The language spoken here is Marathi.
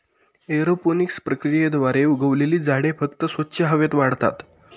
एरोपोनिक्स प्रक्रियेद्वारे उगवलेली झाडे फक्त स्वच्छ हवेत वाढतात